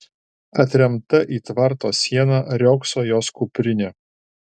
atremta į tvarto sieną riogso jos kuprinė